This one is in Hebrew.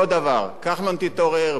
אותו דבר: כחלון תתעורר,